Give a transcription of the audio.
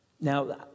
Now